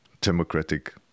democratic